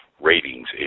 ratings